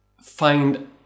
find